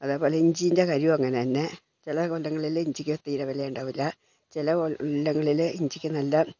അതേപോലെ ഇഞ്ചിൻ്റെ കാര്യവും അങ്ങനെ തന്നെ ചില കൊല്ലങ്ങളിൽ ഇഞ്ചിക്ക് തീരെ വില ഉണ്ടാവൂല്ല ചില കൊല്ലങ്ങളിൽ ഇഞ്ചിക്ക് നല്ല